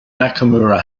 nakamura